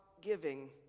giving